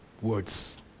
words